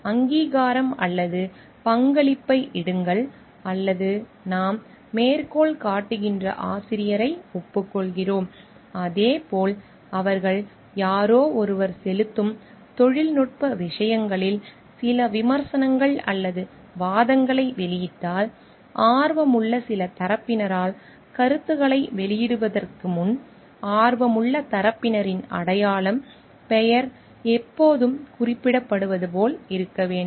அங்கீகாரம் அல்லது பங்களிப்பை இடுங்கள் அல்லது நாம் மேற்கோள் காட்டுகிற ஆசிரியரை ஒப்புக்கொள்கிறோம் அதேபோல் அவர்கள் யாரோ ஒருவர் செலுத்தும் தொழில்நுட்ப விஷயங்களில் சில விமர்சனங்கள் அல்லது வாதங்களை வெளியிட்டால் ஆர்வமுள்ள சில தரப்பினரால் கருத்துகளை வெளியிடுவதற்கு முன் ஆர்வமுள்ள தரப்பினரின் அடையாளம் பெயர் எப்போதும் குறிப்பிடப்படுவது போல் இருக்க வேண்டும்